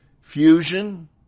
fusion